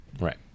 Right